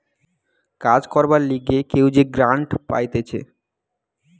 কাজ করবার লিগে কেউ যে গ্রান্ট পাইতেছে